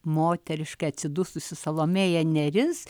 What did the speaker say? moteriškai atsidususi salomėja nėris